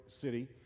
City